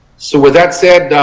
so with that said,